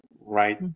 right